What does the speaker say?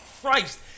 Christ